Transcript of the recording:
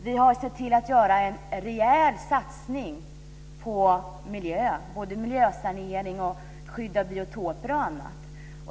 Vi har sett till att det görs en rejäl satsning på miljön, både miljösanering och skydd av biotoper.